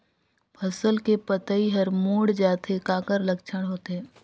फसल कर पतइ हर मुड़ जाथे काकर लक्षण होथे?